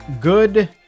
Good